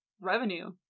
revenue